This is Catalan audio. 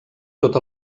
tot